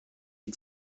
die